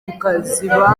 tukaziba